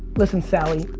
listen sally,